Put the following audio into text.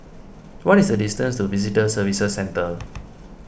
what is the distance to Visitor Services Centre